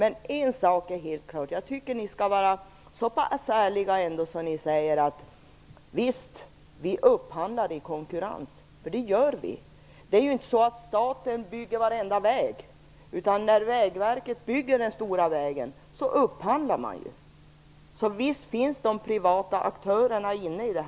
En sak är helt klar: Ni skall vara så pass ärliga att ni säger att vi visst upphandlar i konkurrens. Det gör vi ju. Det är inte så att staten bygger varenda väg. När Vägverket bygger en stor väg upphandlar man. Visst finns de privata aktörerna med i bilden.